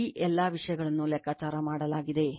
ಈ ಎಲ್ಲ ವಿಷಯಗಳನ್ನು ಲೆಕ್ಕಾಚಾರ ಮಾಡಲಾಗಿದೆ